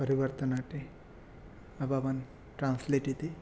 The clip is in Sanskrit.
परिवर्तनाते अभवन् ट्रान्स्लेट् इति